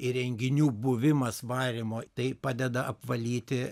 įrenginių buvimas valymo tai padeda apvalyti